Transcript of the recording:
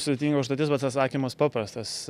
sudėtinga užduotis bet atsakymas paprastas